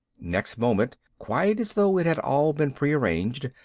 next moment, quite as though it had all been prearranged,